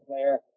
player